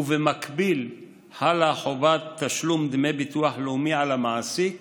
ובמקביל חלה חובת תשלום דמי ביטוח לאומי על המעסיק